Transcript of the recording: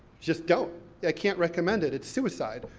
just don't, i can't recommend it. it's suicide,